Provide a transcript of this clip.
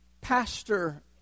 pastor